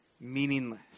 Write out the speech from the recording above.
meaningless